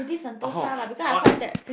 oh what